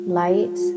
light